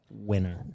Winner